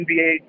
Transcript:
nba